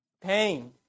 pain